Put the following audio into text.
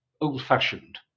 old-fashioned